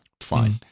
Fine